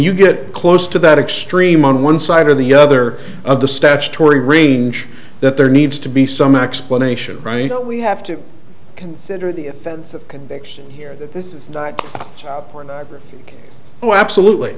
you get close to that extreme on one side or the other of the statutory range that there needs to be some explanation right we have to consider the offense of conviction here that this is died oh absolutely